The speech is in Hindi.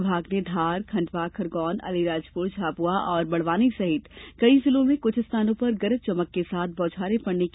विभाग ने धार खंडवा खरगोन अलीराजपुर झाबुआ और बड़वानी सहित कई जिलों में कुछ स्थानों पर गरज चमक के साथ बौछारे पड़ने की संभावना जताई है